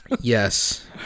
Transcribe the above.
yes